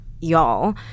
y'all